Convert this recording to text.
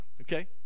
Okay